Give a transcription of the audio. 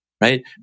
Right